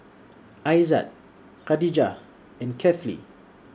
Aizat Khadija and Kefli